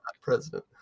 president